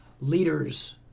leaders